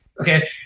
Okay